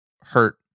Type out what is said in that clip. hurt